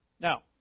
Now